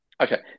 okay